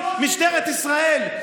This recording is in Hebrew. משטרת ישראל,